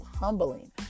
humbling